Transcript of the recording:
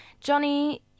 Johnny